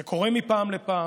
זה קורה מפעם לפעם,